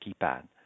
keypad